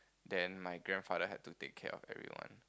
then my grandfather had to take care of everyone